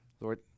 Lord